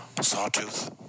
Sawtooth